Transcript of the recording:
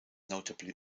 notably